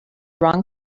wrong